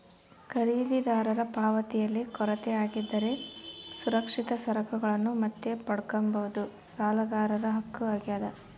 ಖರೀದಿದಾರರ ಪಾವತಿಯಲ್ಲಿ ಕೊರತೆ ಆಗಿದ್ದರೆ ಸುರಕ್ಷಿತ ಸರಕುಗಳನ್ನು ಮತ್ತೆ ಪಡ್ಕಂಬದು ಸಾಲಗಾರರ ಹಕ್ಕು ಆಗ್ಯಾದ